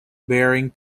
bearing